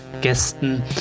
Gästen